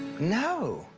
no.